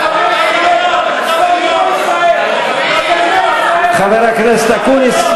הערבים שונאי ישראל חבר הכנסת אקוניס,